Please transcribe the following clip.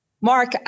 Mark